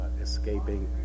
escaping